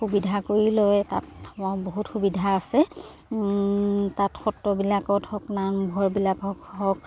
সুবিধা কৰি লয় তাত বহুত সুবিধা আছে তাত সত্ৰবিলাকত হওক নামঘৰবিলাকক হওক